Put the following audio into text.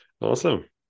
Awesome